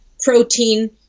protein